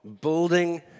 building